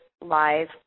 live